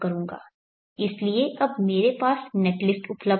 इसलिए अब मेरे पास नेटलिस्ट उपलब्ध है